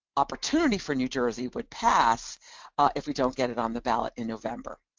opportunity for new jersey would pass if we don't get it on the ballot in november.